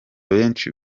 benshi